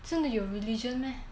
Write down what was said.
真的有 religion meh